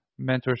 mentorship